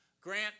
Grant